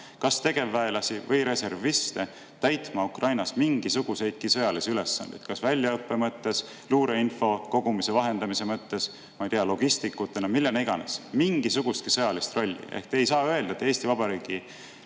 kas tegevväelasi või reserviste täitma Ukrainas mingisuguseidki sõjalisi ülesandeid – kas väljaõppe mõttes, luureinfo kogumise või vahendamise mõttes, ma ei tea, logistikutena, kellena iganes –, mingisugustki sõjalist rolli? Ehk te ei saanud öelda, kas Eesti Vabariigi